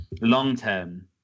long-term